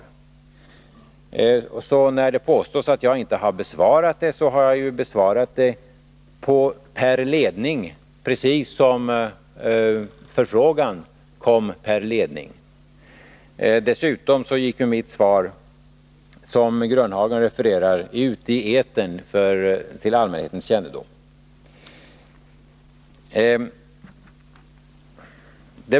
Med anledning av att det påstås att jag inte har besvarat det vill jag säga att jag har besvarat framställningen per telex, — den förfrågan det gäller kom också per telex. Dessutom gick mitt svar, som Nils-Olof Grönhagen refererar, ut i etern till allmänhetens kännedom.